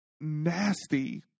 nasty